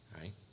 right